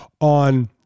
on